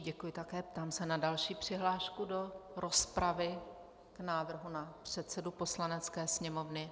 Děkuji také a ptám se na další přihlášku do rozpravy k návrhu na předsedu Poslanecké sněmovny.